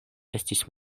estis